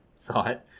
thought